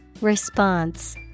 Response